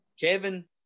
Kevin